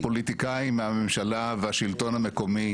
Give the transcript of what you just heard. פוליטיקאים מהממשלה והשלטון המקומי,